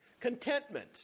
Contentment